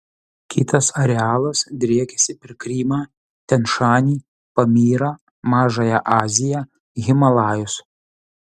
kitas arealas driekiasi per krymą tian šanį pamyrą mažąją aziją himalajus